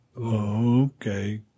Okay